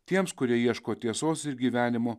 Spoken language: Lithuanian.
tiems kurie ieško tiesos ir gyvenimo